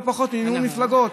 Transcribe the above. לא פחות ממימון מפלגות,